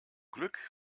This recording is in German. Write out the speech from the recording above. glück